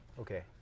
okay